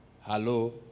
Hello